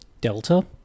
Delta